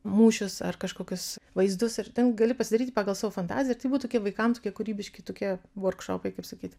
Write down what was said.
mūšius ar kažkokius vaizdus ir ten gali pasidaryti pagal savo fantaziją ir tai buvo vaikam tokie kūrybiški tokie vorkšopai kaip sakyt